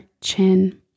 chin